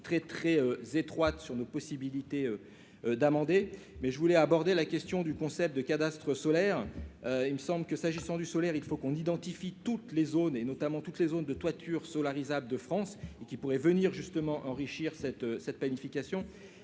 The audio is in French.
très, très étroite sur nos possibilités d'amender, mais je voulais aborder la question du concept de cadastre solaire, il me semble que, s'agissant du solaire, il faut qu'on identifie toutes les zones et notamment toutes les zones de toiture Solar Isabelle de France et qui pourrait venir justement enrichir cette cette planification